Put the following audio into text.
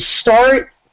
start